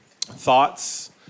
thoughts